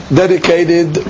dedicated